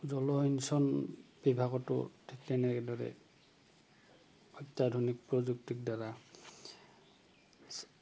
জলসিঞ্চন বিভাগতো ঠিক তেনেদৰে অত্যাধুনিক প্ৰযুক্তিৰ দ্বাৰা